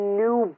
new